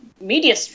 media